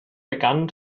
begann